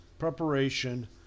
Preparation